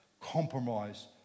compromise